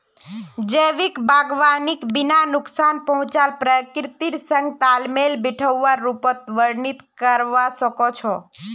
जैविक बागवानीक बिना नुकसान पहुंचाल प्रकृतिर संग तालमेल बिठव्वार रूपत वर्णित करवा स ख छ